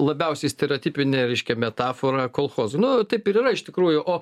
labiausiai stereotipinė reiškia metafora kolchozui nu taip ir yra iš tikrųjų o